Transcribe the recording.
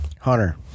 Hunter